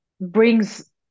brings